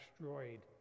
destroyed